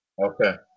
Okay